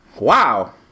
Wow